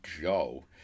Joe